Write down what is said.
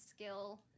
skill